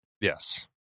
yes